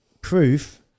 proof